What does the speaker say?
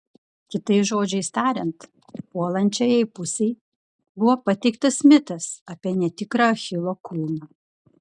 kitais žodžiais tariant puolančiajai pusei buvo pateiktas mitas apie netikrą achilo kulną